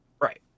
Right